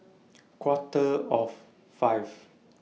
Quarter of five